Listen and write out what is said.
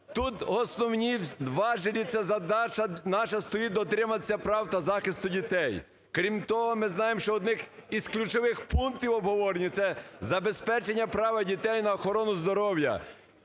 Тут основні важелі – це задача наша стоїть дотриматися прав та захисту дітей. Крім того, ми знаємо, що одним із ключових пунктів обговорення це забезпечення права дітей на охорону здоров'я.